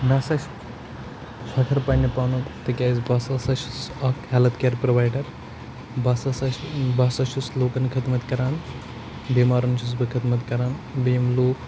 مےٚ سا چھِ فخٕر پنٛنہِ پانُک تِکیٛازِ بہٕ ہَسا چھُس اَکھ ہٮ۪لٕتھ کِیَر پرٛووایڈَر بہٕ ہَسا چھُ بہٕ ہَسا چھُس لُکَن خدمت کَران بٮ۪مارَن چھُس بہٕ خدمت کَران بیٚیہِ یِم لوٗکھ